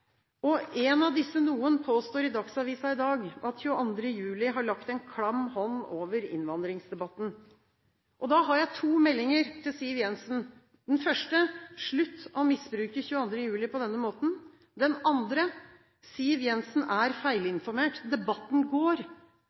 En av disse noen påstår i Dagsavisen i dag at 22. juli har lagt en klam hånd over innvandringsdebatten. Da har jeg to meldinger til Siv Jensen. Den første: Slutt å misbruke 22. juli på denne måten! Den andre: Siv Jensen er feilinformert, debatten går.